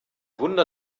wunder